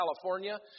California